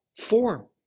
form